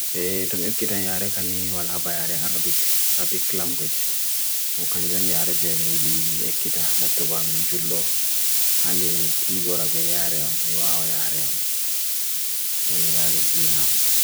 Hey, tumib kitan yare khani wala bha yare arabik, arabik lam gwech. Mou khanjon yare jey menee ek kita, lato ba menee jullo. Hane menee tigora bha yare am, mee wawa yare am. Hey, yare dina am.